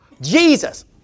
Jesus